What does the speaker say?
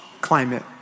climate